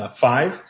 five